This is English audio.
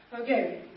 Okay